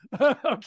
Okay